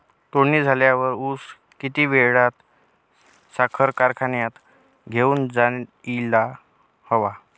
तोडणी झाल्यावर ऊस किती वेळात साखर कारखान्यात घेऊन जायला हवा?